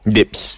Dips